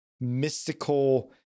Mystical